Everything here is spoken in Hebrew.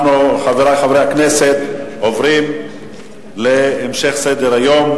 חברי חברי הכנסת, אנחנו עוברים להמשך סדר-היום.